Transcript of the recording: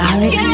Alex